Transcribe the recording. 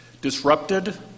disrupted